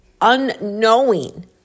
unknowing